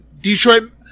detroit